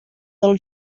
del